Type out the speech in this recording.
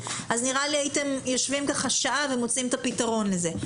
אז נראה לי שהייתם יושבים ככה שעה ומוצאים את הפתרון לזה.